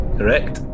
Correct